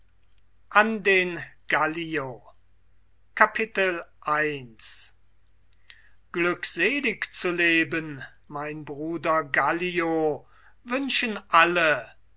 an den gallio i glückselig zu leben mein bruder gallio wünschen alle